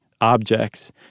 objects